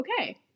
okay